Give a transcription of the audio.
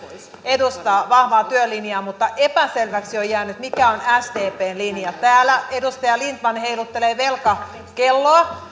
edustaa vahvaa työlinjaa mutta epäselväksi on jäänyt mikä on sdpn linja täällä edustaja lindtman heiluttelee velkakelloa